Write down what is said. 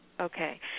Okay